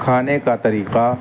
کھانے کا طریقہ